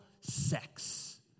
Sex